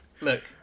look